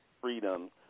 freedom